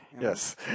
Yes